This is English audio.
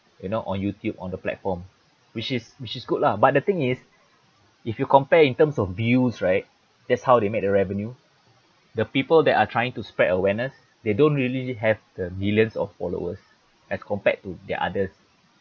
you know on YouTube on the platform which is which is good lah but the thing is if you compare in terms of views right that's how they make the revenue the people that are trying to spread awareness they don't really have the millions of followers as compared to the others